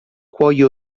cuoio